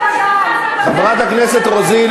חברת הכנסת רוזין,